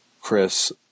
Chris